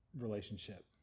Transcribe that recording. relationship